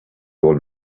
old